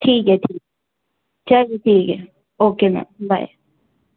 ٹھیک ہے ٹھیک چلیے ٹھیک ہے اوکے میم بائے